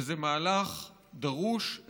וזה מהלך דרוש,